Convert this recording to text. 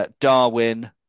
Darwin